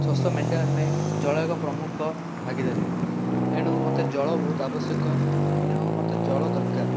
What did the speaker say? ଶୋଷ ମେଣ୍ଟେଇବାପାଇଁ ଜଳ ଏକ ପ୍ରମୁଖ ଭାଗିଦାରୀ ଏଣୁ ମୋତେ ଜଳ ବହୁତ ଆବଶ୍ୟକ ଏଣୁ ମୋତେ ଜଳ ଦରକାର